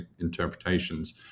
interpretations